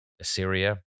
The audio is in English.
Assyria